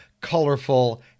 colorful